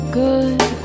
good